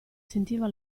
sentiva